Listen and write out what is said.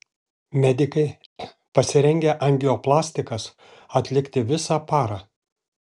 medikai pasirengę angioplastikas atlikti visą parą